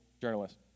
journalist